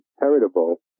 heritable